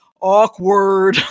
awkward